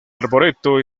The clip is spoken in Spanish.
arboreto